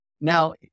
Now